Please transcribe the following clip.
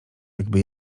jakby